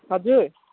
हजुर